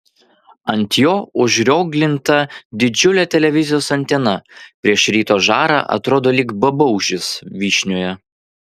ant jo užrioglinta didžiulė televizijos antena prieš ryto žarą atrodo lyg babaužis vyšnioje